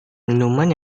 minuman